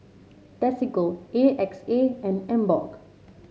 Desigual A X A and Emborg